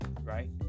right